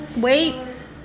Wait